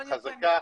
את חזקה,